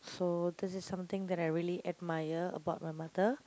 so this is something that I really admire about my mother